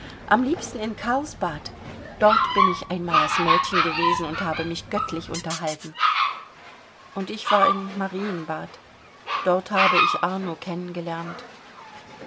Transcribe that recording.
am liebsten in karlsbad dort bin ich einmal als mädchen gewesen und habe mich göttlich unterhalten und ich war in marienbad dort habe ich arno